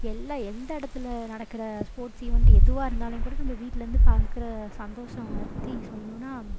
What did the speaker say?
எல்லாம் எந்த இடத்துல நடக்கிற ஸ்போர்ட்ஸ் ஈவண்ட் எதுவாக இருந்தாலேயும் கூட நம்ம வீட்டிலேருந்து பார்க்கற சந்தோஷம் பற்றி சொல்லணுன்னா